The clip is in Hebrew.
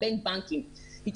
בין אם זה